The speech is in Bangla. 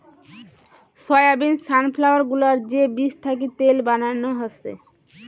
সয়াবিন, সানফ্লাওয়ার গুলার যে বীজ থাকি তেল বানানো হসে